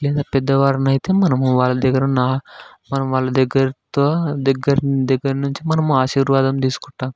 లేదా పెద్దవారిని అయితే మనం వాళ్ళ దగ్గరున్న వాళ్ళ దగ్గరతో దగ్గర దగ్గర నుంచి మనము ఆశీర్వాదం తీసుకుంటాం